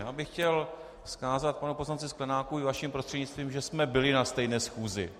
Já bych chtěl vzkázat panu poslanci Sklenákovi vaším prostřednictvím, že jsme byli na stejné schůzi.